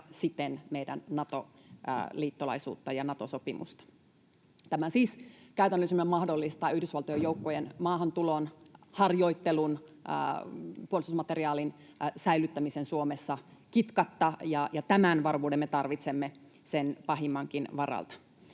siten meidän Nato-liittolaisuutta ja Nato-sopimusta. Tämä siis käytännössä mahdollistaa Yhdysvaltojen joukkojen maahantulon, harjoittelun ja puolustusmateriaalin säilyttämisen Suomessa kitkatta, ja tämän varmuuden me tarvitsemme sen pahimmankin varalta.